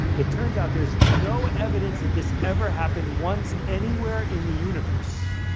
it turns out there's no evidence this ever happened once anywhere in the universe.